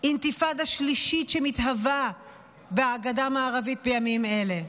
אינתיפאדה שלישית שמתהווה בגדה המערבית בימים אלה,